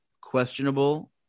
Questionable